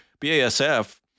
BASF